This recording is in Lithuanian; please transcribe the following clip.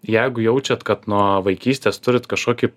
jeigu jaučiat kad nuo vaikystės turit kažkokį